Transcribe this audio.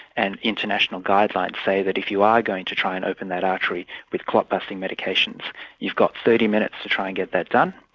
and international guidelines say that if you are going to try and open that artery with clotbusting medications you've got thirty minutes to try and get that done.